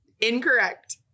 Incorrect